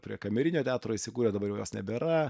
prie kamerinio teatro įsikūrė dabar jau jos nebėra